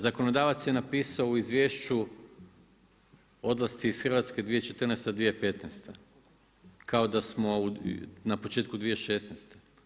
Zakonodavac je napisao u izvješću odlasci iz Hrvatske 2014.-2015. kao da smo na početku 2016.